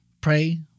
pray